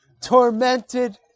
Tormented